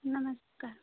नमस्कार